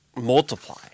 multiply